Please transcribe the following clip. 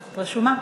את רשומה.